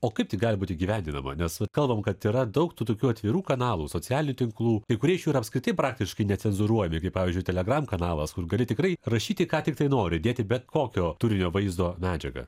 o kaip tai gali būt įgyvendinama nes vat kalbam kad yra daug tų tokių atvirų kanalų socialinių tinklų kai kurie iš jų yra apskritai praktiškai necenzūruojami kaip pavyzdžiui telegram kanalas kur gali tikrai rašyti ką tiktai nori dėti bet kokio turinio vaizdo medžiagą